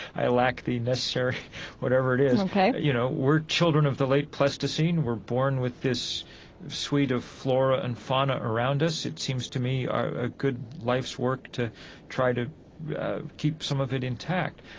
i lack the necessary whatever it is ok you know, we're children of the late pleistocene. we're born with this suite of flora and fauna around us. it seems to me a ah good life's work to try to keep some of it intact,